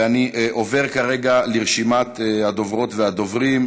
אני עובר כרגע לרשימת הדוברות והדוברים.